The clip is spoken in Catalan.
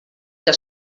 que